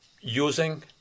Using